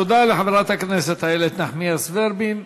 תודה לחברת הכנסת איילת נחמיאס ורבין.